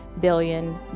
billion